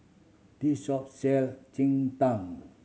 this shop sell cheng tng